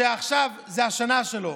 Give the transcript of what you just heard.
שעכשיו זו השנה שלו.